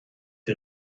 die